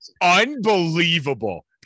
unbelievable